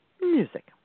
music